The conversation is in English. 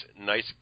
nice